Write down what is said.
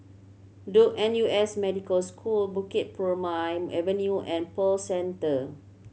Duke N U S Medical School Bukit Purmei Avenue and Pearl Centre